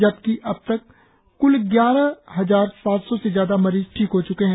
जबकि अब तक क्ल ग्यारह हजार सात सौ से ज्यादा मरीज ठीक हो च्के है